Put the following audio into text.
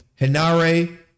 Hinare